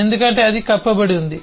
ఎందుకంటే అది కప్పబడి ఉంటుంది